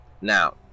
now